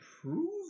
prove